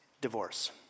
divorce